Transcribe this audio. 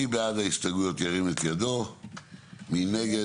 מי בעד ההסתייגויות, מי נגד.